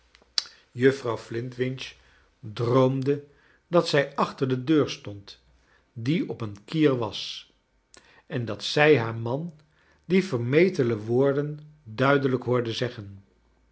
jejuffrouw flintwinch droomde ciat zij achter de deur stond die op een kier was en dat zij haar man die vermetele woorden duidelijk hoorde zeggen